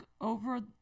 over